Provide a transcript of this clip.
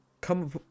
come